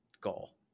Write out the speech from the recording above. goal